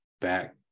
back